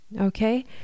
okay